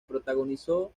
protagonizó